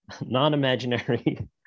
non-imaginary